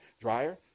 drier